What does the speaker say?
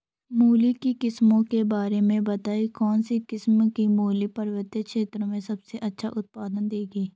मूली की किस्मों के बारे में बताइये कौन सी किस्म की मूली पर्वतीय क्षेत्रों में सबसे अच्छा उत्पादन देंगी?